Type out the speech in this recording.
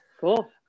Cool